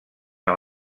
amb